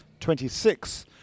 26